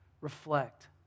Reflect